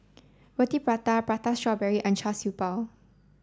Roti Prata Prata Strawberry and Shar Siew Bao